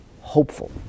hopeful